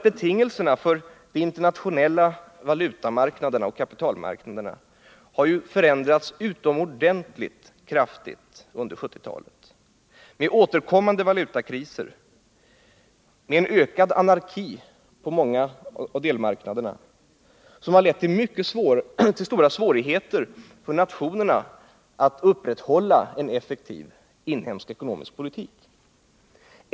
Betingelserna för de internationella valutamarknaderna och kapitlmarknaderna har nämligen förändrats synnerligen kraftigt under 1970-talet — med återkommande valutakriser, med ökad anarki på många av delmarknaderna, som har lett till stora svårigheter för nationerna när det gäller att upprätthålla en effektiv inhemsk ekonomisk politik.